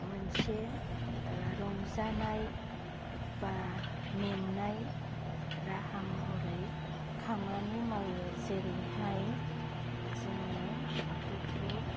मोनसे रंजानाय बा मेंनाय राहा महरै खामानि मावो जेरैहाय जोङो गोथौ